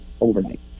overnight